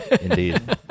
Indeed